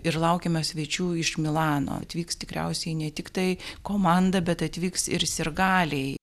ir laukiame svečių iš milano atvyks tikriausiai ne tiktai komanda bet atvyks ir sirgaliai